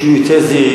שיהיו יותר זהירים,